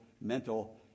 mental